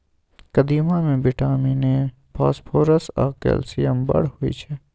कदीमा मे vitamin A, phosphorus आ कैल्शियम बड़ होइ छै